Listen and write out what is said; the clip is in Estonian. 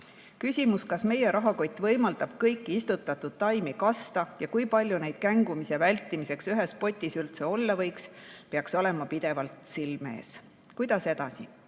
Küsimus, kas meie rahakott võimaldab kõiki istutatud taimi kasta ja kui palju neid kängumise vältimiseks ühes potis üldse olla võiks, peaks olema pidevalt silme ees." Kuidas edasi?